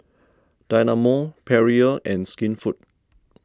Dynamo Perrier and Skinfood